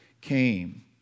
came